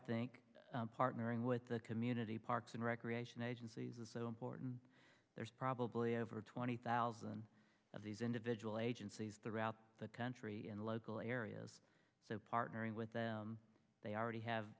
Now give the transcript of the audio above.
think partnering with the community parks and recreation agencies is so important there's probably over twenty thousand of these individual agencies throughout the country and local areas so partnering with them they already have